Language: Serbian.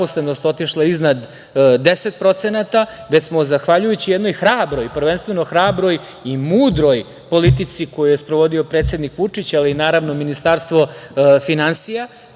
nezaposlenost otišla iznad 10%, već smo zahvaljujući jednoj hrabroj, prvenstveno hrabroj i mudroj politici koju je sprovodio predsednik Vučić, ali naravno i Ministarstvo finansija,